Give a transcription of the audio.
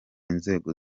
inzego